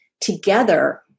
together